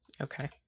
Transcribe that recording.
Okay